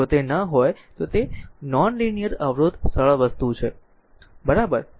જો તે ન હોય તો તે નોન લીનીયર અવરોધ સરળ વસ્તુ છે બરાબર